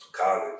college